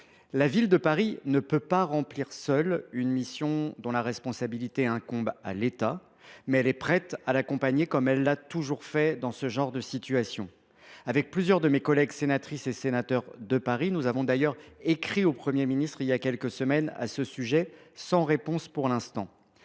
La Ville de Paris ne peut pas remplir seule une mission dont la responsabilité incombe à l’État, mais elle est prête à l’accompagner comme elle l’a toujours fait. Avec plusieurs sénatrices et sénateurs de Paris, nous avons d’ailleurs écrit au Premier ministre il y a quelques semaines à ce sujet, mais nous n’avons